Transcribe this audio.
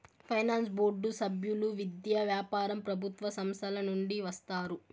finance board సభ్యులు విద్య, వ్యాపారం ప్రభుత్వ సంస్థల నుండి వస్తారు